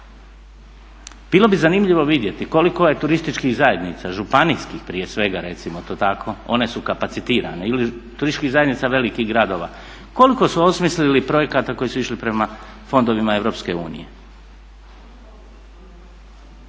Bilo bi zanimljivo vidjeti koliko je turističkih zajednica županijskih prije svega recimo to tako, one su kapacitirane ili turističkih zajednica velikih gradova, koliko su osmislili projekata koji su išli prema fondovima EU? Ja